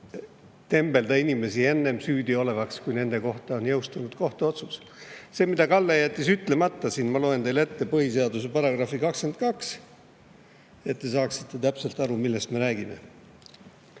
tembelda inimesi süüdiolevaks enne, kui nende kohta on jõustunud kohtuotsus. Selle, mille Kalle jättis ütlemata siin, ma loen teile ette, põhiseaduse § 22, et te saaksite täpselt aru, millest me räägime.